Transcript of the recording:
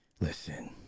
Listen